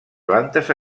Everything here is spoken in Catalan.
plantes